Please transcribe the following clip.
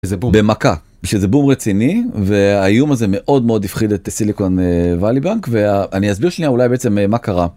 במכה שזה בום רציני והאיום הזה מאוד מאוד הפחיד את סיליקון וואלי בנק ואני אסביר שניה אולי בעצם מה קרה.